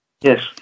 Yes